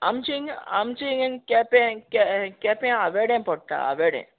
आमचें हिंग आमचें हिंग केंपे के केंप्यां आवेडे पडटा आवेडे